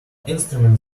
instrument